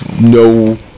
No